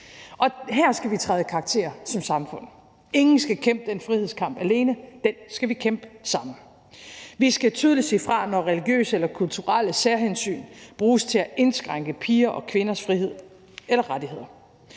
som samfund træde i karakter. Ingen skal kæmpe den frihedskamp alene. Den skal vi kæmpe sammen. Vi skal tydeligt sige fra, når religiøse eller kulturelle særhensyn bruges til at indskrænke piger og kvinders frihed eller rettigheder.